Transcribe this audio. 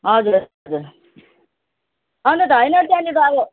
हजुर हजुर अन्त त होइन त्यहाँनिर अब